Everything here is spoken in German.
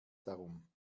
darum